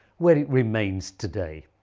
where it remains today.